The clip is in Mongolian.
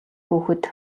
хүүхэд